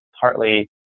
partly